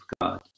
god